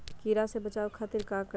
कीरा से बचाओ खातिर का करी?